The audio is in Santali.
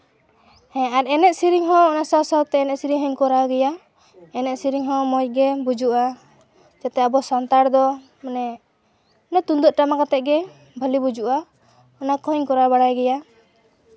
ᱦᱮᱸ ᱟᱨ ᱮᱱᱮᱡ ᱥᱮᱨᱮᱧ ᱦᱚᱸ ᱚᱱᱟ ᱥᱟᱶ ᱥᱟᱶᱛᱮ ᱮᱱᱮᱡ ᱥᱮᱨᱮᱧ ᱦᱚᱸᱧ ᱠᱚᱨᱟᱣ ᱜᱮᱭᱟ ᱮᱱᱮᱡ ᱥᱮᱨᱮᱧ ᱦᱚᱸ ᱢᱚᱡᱽ ᱜᱮ ᱵᱩᱡᱩᱜᱼᱟ ᱡᱟᱛᱮ ᱟᱵᱚ ᱥᱟᱱᱛᱟᱲ ᱫᱚ ᱢᱟᱱᱮ ᱛᱩᱢᱫᱟᱹᱜ ᱴᱟᱢᱟᱠ ᱟᱛᱮᱫ ᱜᱮ ᱵᱷᱟᱹᱞᱤ ᱵᱩᱡᱩᱜᱼᱟ ᱚᱱᱟ ᱠᱚᱦᱚᱸᱧ ᱠᱚᱨᱟᱣ ᱵᱟᱲᱟᱭ ᱜᱮᱭᱟ